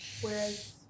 whereas